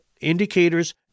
indicators